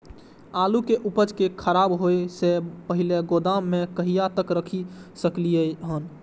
आलु के उपज के खराब होय से पहिले गोदाम में कहिया तक रख सकलिये हन?